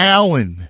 Allen